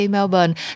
Melbourne